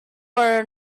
were